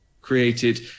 created